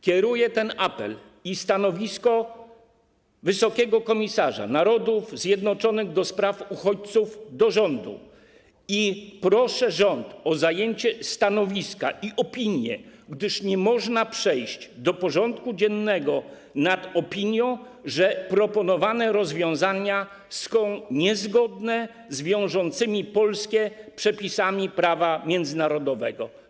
Kieruję ten apel i stanowisko wysokiego komisarza Narodów Zjednoczonych do spraw uchodźców do rządu i proszę rząd o zajęcie stanowiska i opinię, gdyż nie można przejść do porządku dziennego nad opinią, że proponowane rozwiązania są niezgodne z wiążącymi Polskę przepisami prawa międzynarodowego.